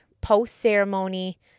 post-ceremony